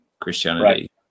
christianity